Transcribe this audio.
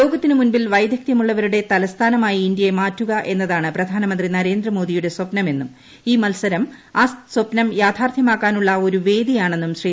ലേ്ക്കത്തിനു മുൻപിൽ വൈദഗ്ധ്യമുള്ളവരുടെ തലസ്ഥാനമായി ഇന്ത്യയെ മാറ്റുക എന്നതാണ് പ്രധാനമന്ത്രി നരേന്ദ്രമ്മോദിയുടെ സ്പ്നമെന്നും ഈ മത്സരം ആ സ്വപ്നം യാഥാർത്ഥ്യമാക്കാനുള്ള ഒരു വേദിയാണെന്നും ശ്രീ